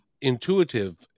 intuitive